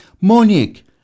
Monique